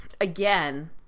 Again